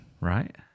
Right